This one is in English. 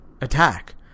attack